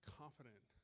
confident